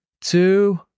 two